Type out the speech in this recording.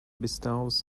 bestowed